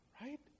Right